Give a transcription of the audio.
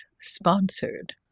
sponsored